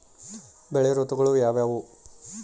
ಬೆಳೆ ಋತುಗಳು ಯಾವ್ಯಾವು?